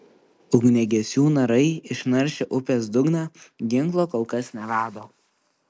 ugniagesių narai išnaršę upės dugną ginklo kol kas nerado